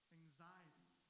anxiety